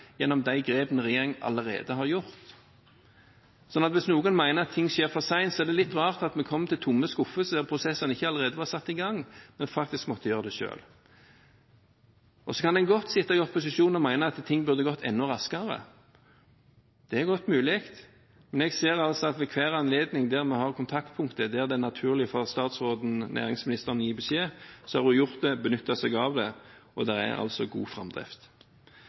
gjennom de grepene regjeringen allerede har gjort. Hvis noen mener at ting skjer for sent, så er det litt rart at vi kom til tomme skuffer siden prosessene ikke allerede var satt i gang, men at vi faktisk måtte gjøre det selv. En kan godt sitte i opposisjon og mene at ting burde gått enda raskere. Det er godt mulig. Men jeg ser at ved hver anledning der vi har kontaktpunkter, der det er naturlig for næringsministeren å gi beskjed, så har hun benyttet seg av det, og det er altså god framdrift.